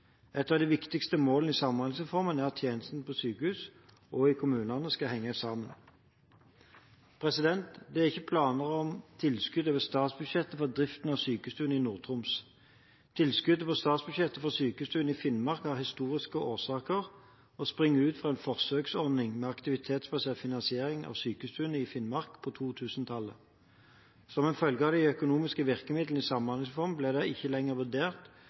Et av de viktigste målene i Samhandlingsreformen er at tjenestene på sykehus og i kommuner skal henge sammen. Det er ikke planer om tilskudd over statsbudsjettet til driften av sykestuene i Nord-Troms. Tilskuddet på statsbudsjettet til sykestuene i Finnmark har historiske årsaker og springer ut av en forsøksordning med aktivitetsbasert finansiering av sykestuene i Finnmark på 2000-tallet. Som en følge av de økonomiske virkemidlene i Samhandlingsreformen ble det ikke lenger vurdert